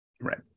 Right